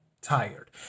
tired